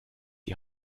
die